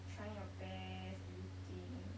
trying your best everything